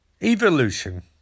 Evolution